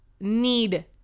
need